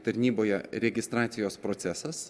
tarnyboje registracijos procesas